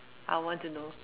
I want to know